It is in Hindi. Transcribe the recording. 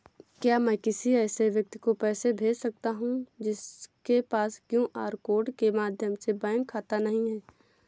क्या मैं किसी ऐसे व्यक्ति को पैसे भेज सकता हूँ जिसके पास क्यू.आर कोड के माध्यम से बैंक खाता नहीं है?